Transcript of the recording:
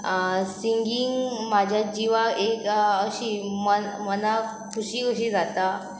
singing म्हाज्या जिवाक एक अशी मन मनाक खुशी कशी जाता